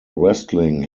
wrestling